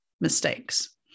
mistakes